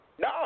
No